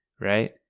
Right